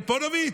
זה פוניבז'?